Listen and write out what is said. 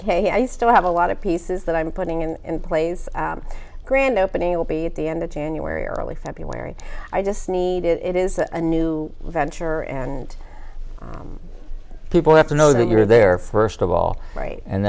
ok i still have a lot of pieces that i'm putting in place a grand opening it will be at the end of january or early february i just need it is a new venture and people have to know that you're there first of all right and